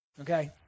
Okay